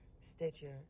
Stitcher